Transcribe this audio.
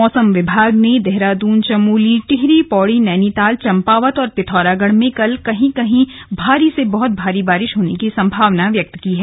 मौसम विभाग ने देहरादून चमोली टिहरी पौड़ी नैनीताल चम्पावत और पिथौरागढ़ में कहीं कहीं भारी से बहुत भारी बारिश होने की संभावना व्यक्त की है